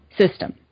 system